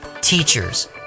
teachers